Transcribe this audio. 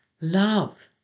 love